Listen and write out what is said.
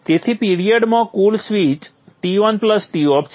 તેથી પિરીઅડમાં કુલ સ્વીચ Ton Toff છે